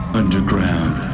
underground